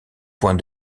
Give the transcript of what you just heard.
point